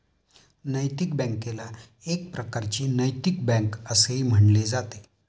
नैतिक बँकेला एक प्रकारची नैतिक बँक असेही म्हटले जाते